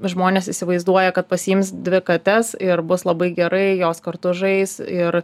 žmonės įsivaizduoja kad pasiims dvi kates ir bus labai gerai jos kartu žais ir